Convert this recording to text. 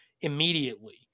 immediately